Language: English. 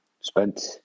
spent